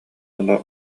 ыла